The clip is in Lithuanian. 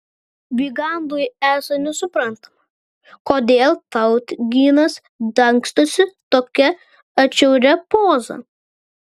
vygandui esą nesuprantama kodėl tautginas dangstosi tokia atšiauria poza